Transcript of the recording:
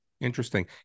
Interesting